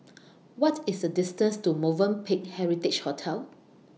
What IS The distance to Movenpick Heritage Hotel